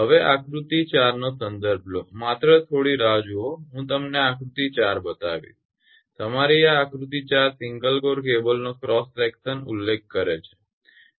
હવે આકૃતિ 4 નો સંદર્ભ લો માત્ર થોડી રાહ જુઓ હું તમને આ આકૃતિ 4 બતાવીશ તમારી આ આકૃતિ 4 સિંગલ કોર કેબલનો ક્રોસ સેક્શન ઉલ્લેખ કરે છે